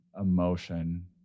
emotion